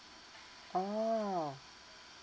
oh